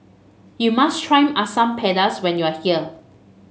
you must try Asam Pedas when you are here